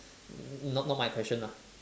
not not my question lah